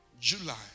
July